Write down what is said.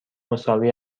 مساوی